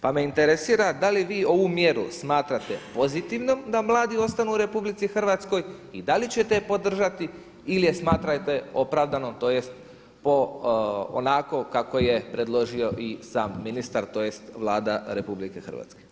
Pa me interesira da li vi ovu mjeru smatrate pozitivnom da mladi ostanu u RH i da li ćete je podržati ili je smatrate opravdanom, tj. po onako kako je predložio i sam ministar, tj. Vlada RH.